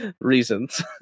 reasons